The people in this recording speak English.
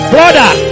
Brother